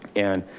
and